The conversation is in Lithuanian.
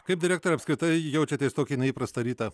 kaip direktore apskritai jaučiatės tokį neįprastą rytą